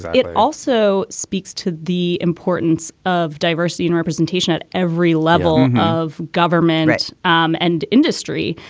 it also speaks to the importance of diversity and representation at every level of government um and industry,